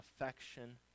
affection